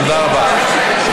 תודה רבה.